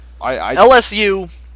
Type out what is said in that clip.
LSU